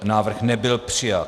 Návrh nebyl přijat.